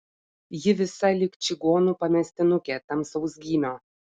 ji visa lyg čigonų pamestinukė tamsaus gymio